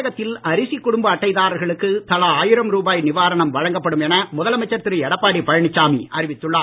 தமிழகத்தில் அரிசிக் குடும்ப அட்டைதாரர்களுக்கு தலா ஆயிரம் ரூபாய் நிவாரணம் வழங்கப்படும் என முதலமைச்சர் திரு எடப்பாடி பழனிசாமி அறிவித்துள்ளார்